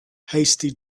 hasty